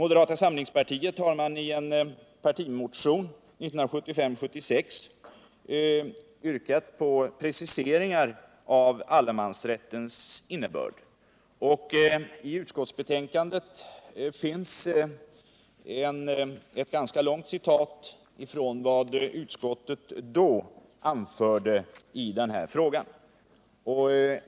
Moderata samlingspartiet har i en partimotion 1975/76 yrkat på preciseringar av allemansrättens innebörd. I utskottsbetänkandet finns ett ganska långt citat av vad utskottet då anförde i denna fråga.